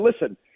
Listen